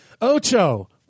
Ocho